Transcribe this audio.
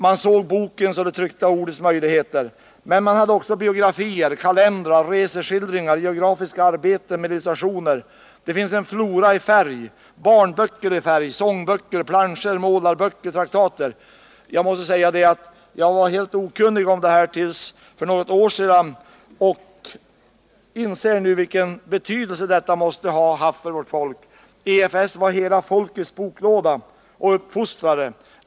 Man såg bokens och det tryckta ordets möjligheter. Men man gav också ut biografier, kalendrar, reseskildringar, geografiska arbeten med illustrationer, flora i färg, barnböcker i färg, sångböcker, planscher, målarböcker och traktater. Jag var helt okunnig om detta till för något år sedan och inser nu vilken betydelse detta måste ha haft för vårt folk. EFS var hela folkets boklåda och uppfostrare.